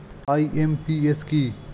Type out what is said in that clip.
IMPS কি?